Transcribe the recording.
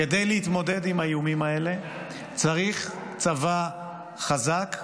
כדי להתמודד עם האיומים האלה צריך צבא חזק,